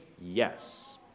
Yes